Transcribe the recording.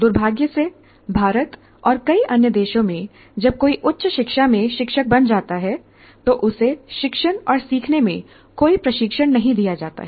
दुर्भाग्य से भारत और कई अन्य देशों में जब कोई उच्च शिक्षा में शिक्षक बन जाता है तो उसे शिक्षण और सीखने में कोई प्रशिक्षण नहीं दिया जाता है